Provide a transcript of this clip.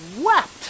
wept